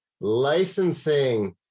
licensing